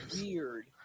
Weird